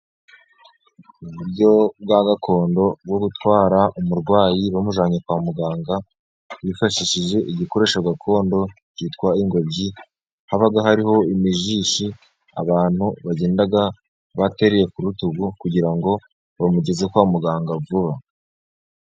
Uburyo bwa gakondo bwo gutwara umurwayi bamujyanye kwa muganga, bifashishije igikoresho gakondo cyitwa ingobyi, haba hariho imijishi abantu bagenda batereye ku rutugu, kugira ngo bamugeze kwa muganga vuba.